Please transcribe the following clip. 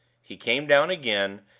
he came down again,